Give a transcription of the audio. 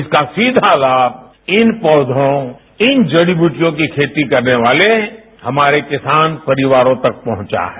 इसका सीधा लाभ इन पौधो इन जड़ी बुटियों की खेती करने वाले हमारे किसान परिवारों तक पहुंचा है